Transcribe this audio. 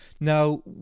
Now